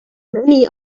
many